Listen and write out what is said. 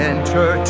Enter